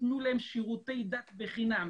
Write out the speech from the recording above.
ייתנו להם שירותי דת בחינם,